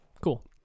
Cool